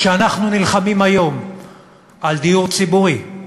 שאנחנו נלחמים היום על דיור ציבורי,